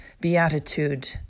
beatitude